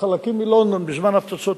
חלקים מלונדון, בזמן ההפצצות.